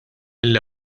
mill